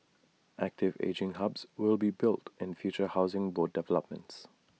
active ageing hubs will be built in future Housing Board developments